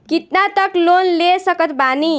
कितना तक लोन ले सकत बानी?